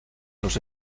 los